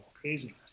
crazy